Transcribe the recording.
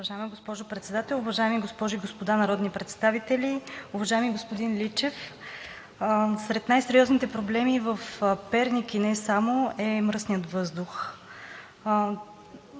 Уважаема госпожо Председател, уважаеми госпожи и господа народни представители, уважаеми господин Личев! Сред най-сериозните проблеми в Перник, а и не само, е мръсният въздух.